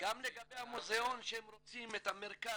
לגבי המוזיאון שהם רוצים את המרכז.